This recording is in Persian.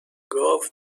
گاو